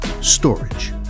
storage